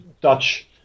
Dutch